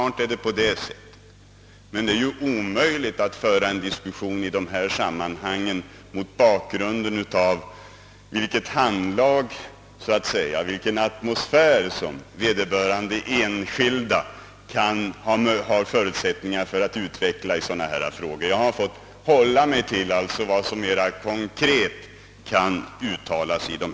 Det är emellertid omöjligt att i detta sammanhang föra en diskussion på grundval av det handlag som enskilda kan ha och den atmosfär som kan skapas i ett sådant här samarbete. Jag har fått hålla mig till vad som mera konkret kan uttalas.